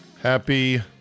Happy